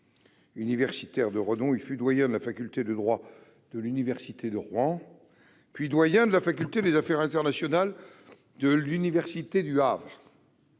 Universitaire de renom, il fut doyen de la faculté de droit de l'université de Rouen, puis doyen de la faculté des affaires internationales de l'université du Havre.